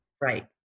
Right